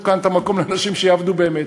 תשאירו כאן את המקום לאנשים שיעבדו באמת.